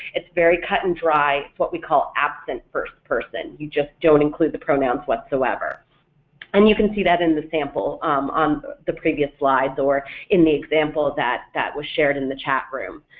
it's very cut and dry, it's what we call absent first person, you just don't include the pronouns whatsoever and you can see that in the sample um on the previous slides or in the example that that was shared in the chat room.